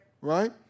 right